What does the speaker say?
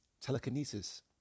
telekinesis